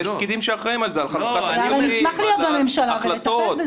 יש פקידים שאחראים על זה --- אנחנו נשמח להיות בממשלה ולטפל בזה.